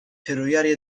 ferroviaria